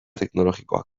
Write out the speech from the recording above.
teknologikoak